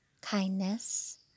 kindness